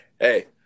Hey